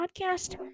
podcast